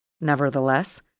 Nevertheless